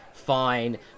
Fine